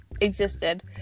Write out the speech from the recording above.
existed